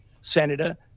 Senator